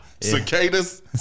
Cicadas